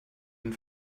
den